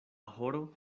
horo